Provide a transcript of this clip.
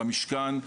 במשכן,